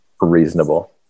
reasonable